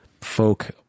folk